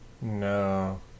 No